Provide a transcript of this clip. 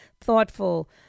thoughtful